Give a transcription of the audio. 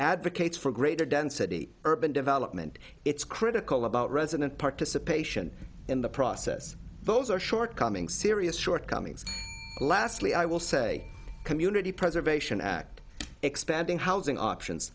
advocates for greater density urban development it's critical about resident participation in the process those are shortcomings serious shortcomings lastly i will say community preservation act expanding housing options